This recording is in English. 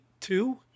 two